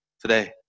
today